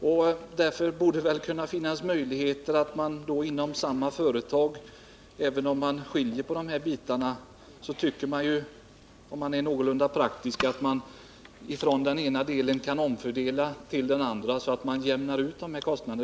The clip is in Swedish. Om man tänker någorlunda praktiskt borde det därför finnas möjligheter för SJ att även om man skiljer på bussoch tågtrafik omfördela medlen från den ena verksamheten till den andra så att kostnaderna jämnas ut.